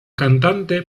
cantante